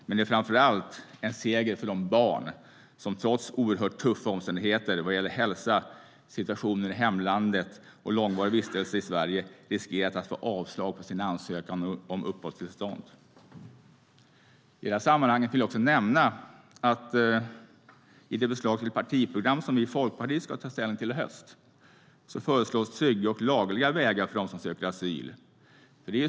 Men det är framför allt en seger för de barn som trots oerhört tuffa omständigheter vad gäller hälsa, situation i hemlandet och långvarig vistelse i Sverige riskerat att få avslag på sin ansökan om uppehållstillstånd. I sammanhanget vill jag också nämna att i det förslag till partiprogram som vi i Folkpartiet ska ta ställning till i höst föreslås trygga och lagliga vägar för dem som söker asyl.